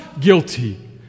guilty